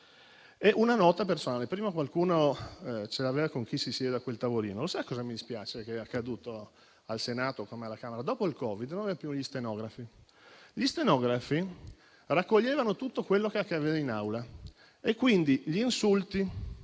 una nota personale. Prima qualcuno ce l'aveva con chi si siede a quel tavolino. Sapete cosa mi dispiace sia accaduto al Senato, come alla Camera, dopo il Covid-19? Non abbiamo più gli stenografi in Aula. Gli stenografi raccoglievano tutto quello che accadeva in Aula. Quindi, gli insulti,